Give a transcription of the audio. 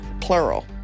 plural